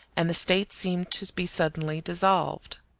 and the state seemed to be suddenly dissolved.